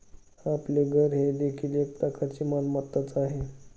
आपले घर हे देखील एक प्रकारची मालमत्ताच आहे